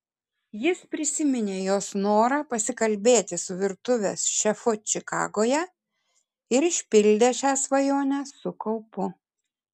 jis prisiminė jos norą pasikalbėti su virtuvės šefu čikagoje ir išpildė šią svajonę su kaupu